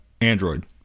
Android